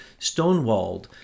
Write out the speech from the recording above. stonewalled